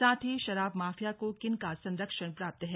साथ ही शराब माफिया को किनका संरक्षण प्राप्त है